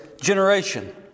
generation